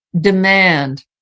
demand